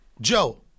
Joe